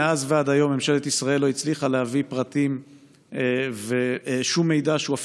מאז ועד היום ממשלת ישראל לא הצליחה להביא פרטים ושום מידע שהוא,